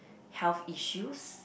health issues